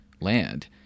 land